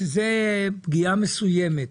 שזאת פגיעה מסוימת,